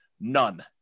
None